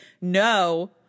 no